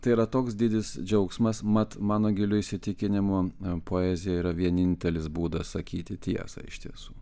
tai yra toks didis džiaugsmas mat mano giliu įsitikinimu poezija yra vienintelis būdas sakyti tiesą iš tiesų